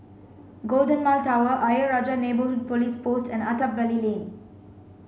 Golden Mile Tower Ayer Rajah Police Post and Attap Valley Lane